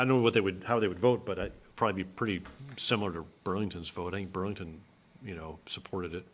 i know what they would how they would vote but i probably pretty similar to burlington's voting burlington you know supported it